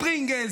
פרינגלס,